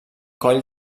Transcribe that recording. coll